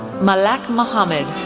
malak muhammed,